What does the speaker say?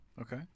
Okay